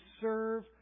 serve